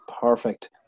perfect